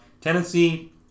Tennessee